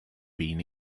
been